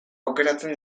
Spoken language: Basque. aukeratzen